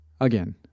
Again